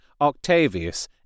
Octavius